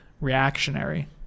reactionary